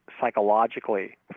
psychologically